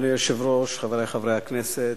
אדוני היושב-ראש, חברי חברי הכנסת,